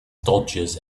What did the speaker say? dodges